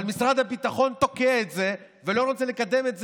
אבל משרד הביטחון תוקע את זה ולא רוצה לקדם את זה,